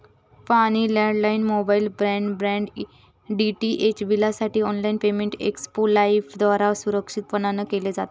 पाणी, landline, mobile, broadband, DTH बिलांसाठी online payment Xpay लाइफद्वारा सुरक्षितपणान केले जाते